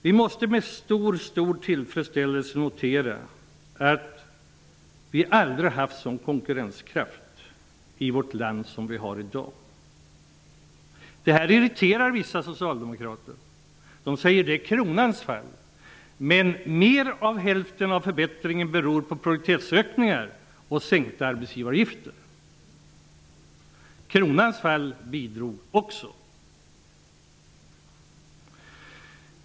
Vi måste med stor tillfredsställelse notera att vi aldrig har haft en sådan konkurrenskraft i vårt land som i dag. Detta irriterar vissa socialdemokrater. De säger att det beror på kronans fall. Men mer än hälften av förbättringen beror på produktivitetsökningar och sänkta arbetsgivaravgifter. Kronans fall bidrog också.